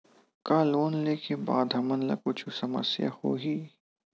का लोन ले के बाद हमन ला कुछु समस्या होही?